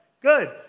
Good